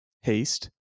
Haste